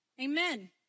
Amen